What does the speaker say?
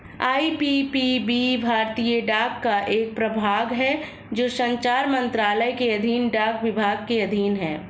IPPB भारतीय डाक का एक प्रभाग है जो संचार मंत्रालय के अधीन डाक विभाग के अधीन है